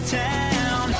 town